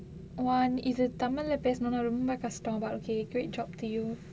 !wah! இது:ithu tamil leh பேசனுனா ரொம்ப கஷ்டம்:pesanunaA romba kasHtam but okay great job to you